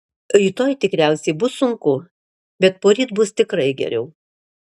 rytoj tikriausiai bus sunku bet poryt bus tikrai geriau